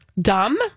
Dumb